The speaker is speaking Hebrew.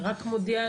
אתה רק מודיע?